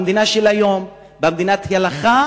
במדינה של היום, במדינת הלכה,